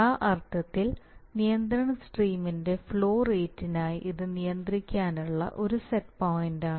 ആ അർത്ഥത്തിൽ നിയന്ത്രണ സ്ട്രീമിന്റെ ഫ്ലോ റേറ്റിനായി ഇത് നിയന്ത്രിക്കാനുള്ള ഒരു സെറ്റ് പോയിന്റാണ്